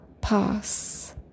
pass